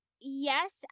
Yes